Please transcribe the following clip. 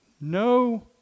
no